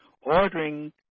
ordering